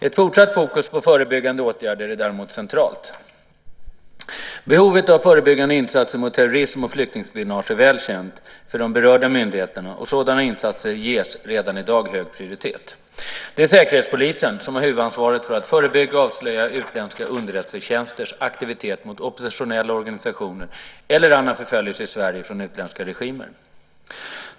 Ett fortsatt fokus på förebyggande åtgärder är däremot centralt. Behovet av förebyggande insatser mot terrorism och flyktingspionage är väl känt för de berörda myndigheterna, och sådana insatser ges redan i dag hög prioritet. Det är Säkerhetspolisen som har huvudansvaret för att förebygga och avslöja utländska underrättelsetjänsters aktiviteter mot oppositionella organisationer eller annan förföljelse i Sverige från utländska regimer.